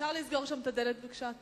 אפשר לסגור שם את הדלת בבקשה?